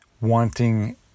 wanting